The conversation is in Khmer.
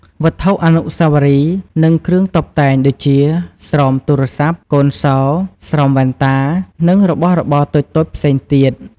វត្ថុអនុស្សាវរីយ៍ និងគ្រឿងតុបតែង ដូចជា ស្រោមទូរស័ព្ទ កូនសោ ស្រោមវ៉ែនតា និងរបស់របរតូចៗផ្សេងទៀត។